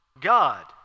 God